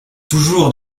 toujours